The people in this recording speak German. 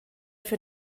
für